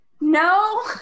No